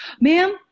ma'am